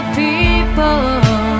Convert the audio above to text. people